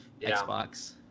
Xbox